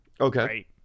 Okay